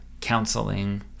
counseling